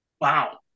Wow